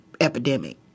epidemic